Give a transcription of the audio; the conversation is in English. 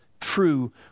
true